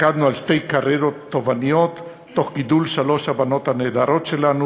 שקדנו על שתי קריירות תובעניות תוך גידול שלוש הבנות הנהדרות שלנו,